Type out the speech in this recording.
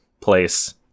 place